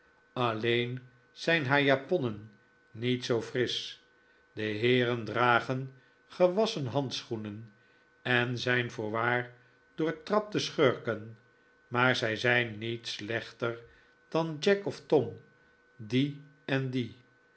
alleen zijn haar japonnen niet zoo frisch de heeren dragen gewasschen handschoenen en zijn voorwaar doortrapte schurken maar zij zijn niet slechter dan jack of tom die en die